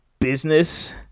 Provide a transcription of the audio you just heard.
business